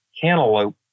cantaloupe